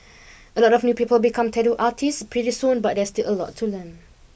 a lot of new people become tattoo artists pretty soon but there's still a lot to learn